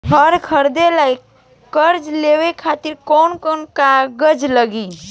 घर खरीदे ला कर्जा लेवे खातिर कौन कौन कागज लागी?